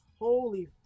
holy